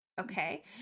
Okay